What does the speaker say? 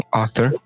author